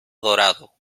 dorado